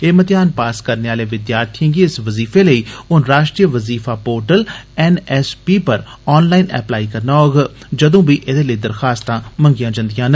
एह मतेयान पास करने आले विद्यार्थिएं गी इस वज़ीफे लेई हुन राश्ट्रीय वज़ीफा पोटर्ल एनएसपी पर ऑनलाईन एप्लाई करना होग जदूं बी एह्दे लेई दरखास्तां मंगियां जंदियां न